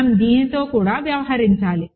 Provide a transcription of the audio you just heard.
మనం దీనితో కూడా వ్యవహరించాలి